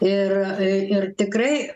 ir ir tikrai